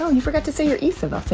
so you forgot to say you're isabel. say,